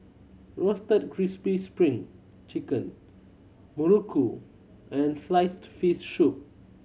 Roasted Crispy Spring Chicken muruku and sliced fish soup